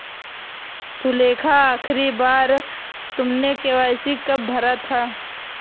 सुलेखा, आखिरी बार तुमने के.वाई.सी कब भरा था?